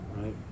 Right